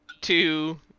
two